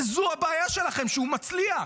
וזו הבעיה שלכם, שהוא מצליח.